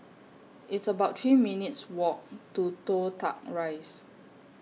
It's about three minutes' Walk to Toh Tuck Rise